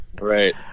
right